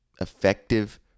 effective